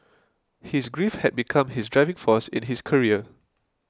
his grief had become his driving force in his career